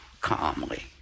calmly